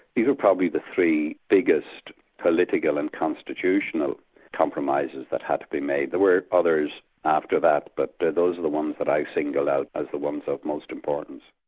these are probably the three biggest political and constitutional compromises that had to be made. there were others after that, but but those are the ones that i single out as the ones of most importance.